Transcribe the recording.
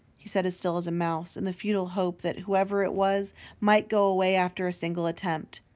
he sat as still as a mouse, in the futile hope that whoever it was might go away after a single attempt.